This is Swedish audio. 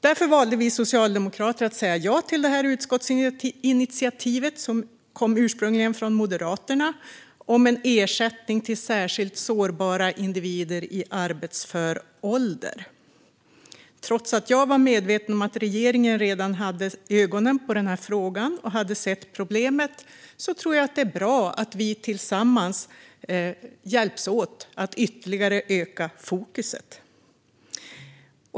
Därför valde vi socialdemokrater att säga ja till detta utskottsinitiativ, som ursprungligen kom från Moderaterna, om en ersättning till särskilt sårbara individer i arbetsför ålder. Trots att jag var medveten om att regeringen redan hade ögonen på den här frågan och hade sett problemet tror jag att det är bra att vi tillsammans hjälps åt att ytterligare öka fokuset.